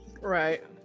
right